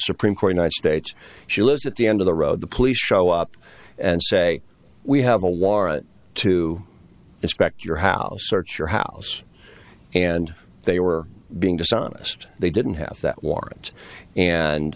supreme court united states she lives at the end of the road the police show up and say we have a warrant to respect your house search your house and they were being dishonest they didn't have that warrant and